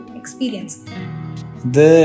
experience